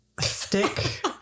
stick